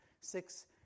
six